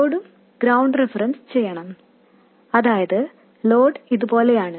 ലോഡും ground reference ചെയ്യണം അതായത് ലോഡ് ഇതുപോലെയാണ്